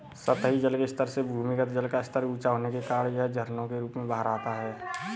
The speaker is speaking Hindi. सतही जल के स्तर से भूमिगत जल का स्तर ऊँचा होने के कारण यह झरनों के रूप में बाहर आता है